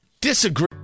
Disagree